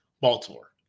Baltimore